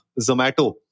Zomato